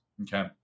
Okay